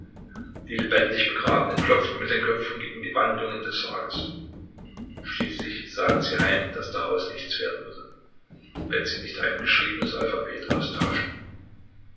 die lebendig begrabenen klopften mit den köpfen gegen die wandungen des sarges schließlich sahen sie ein daß daraus nichts werden würde wenn sie nicht ein geschriebenes alphabet austauschten